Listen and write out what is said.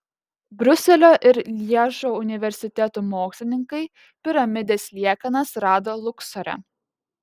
briuselio ir lježo universitetų mokslininkai piramidės liekanas rado luksore